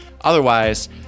Otherwise